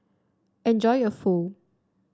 enjoy your Pho